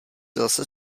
zase